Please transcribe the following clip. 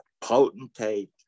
potentate